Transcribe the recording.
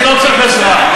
אני לא צריך עזרה.